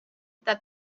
that